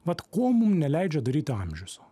vat ko mum neleidžia daryti amžius